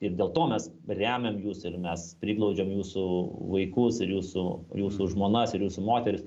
ir dėl to mes remiam jus ir mes priglaudžiam jūsų vaikus ir jūsų jūsų žmonas ir jūsų moteris